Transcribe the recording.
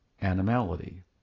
animality